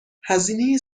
هزینه